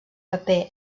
paper